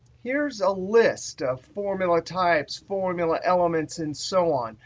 here's a list of formula types, formula elements, and so on.